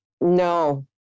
No